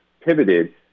pivoted